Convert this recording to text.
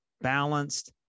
balanced